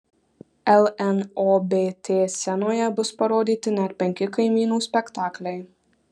lnobt scenoje bus parodyti net penki kaimynų spektakliai